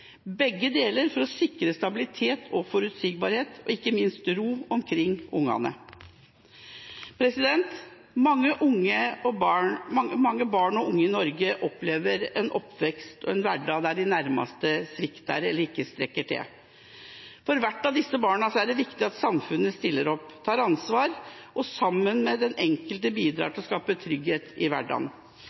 begge deler for å sikre stabilitet og forutsigbarhet, og ikke minst ro, omkring ungene. Mange barn og unge i Norge opplever en oppvekst og en hverdag der de nærmeste svikter eller ikke strekker til. For hvert av disse barna er det viktig at samfunnet stiller opp, tar ansvar og sammen med den enkelte bidrar til å skape trygghet i